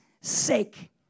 sake